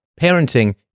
Parenting